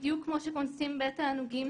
בדיוק כמו שקונסים בית תענוגים